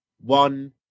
one